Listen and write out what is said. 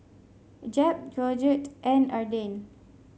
Jeb Georgette and Arden